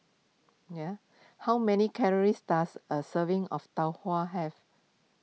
how many calories does a serving of Tau Huay have